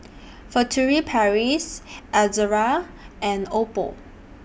Furtere Paris Ezerra and Oppo